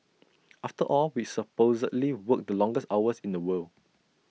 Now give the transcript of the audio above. after all we supposedly work the longest hours in the world